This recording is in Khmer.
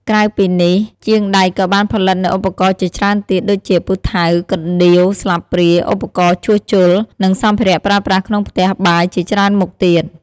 ក្រៅពីនេះ ជាងដែកក៏បានផលិតនូវឧបករណ៍ជាច្រើនទៀត ដូចជា ពូថៅ កណ្ដៀវ ស្លាបព្រា ឧបករណ៍ជួសជុល និងសម្ភារៈប្រើប្រាស់ក្នុងផ្ទះបាយជាច្រើនមុខទៀត។